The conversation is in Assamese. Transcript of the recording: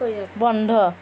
বন্ধ